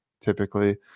typically